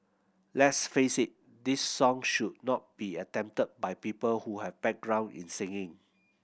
let's face it this song should not be attempted by people who have background in singing